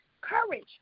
courage